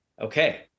okay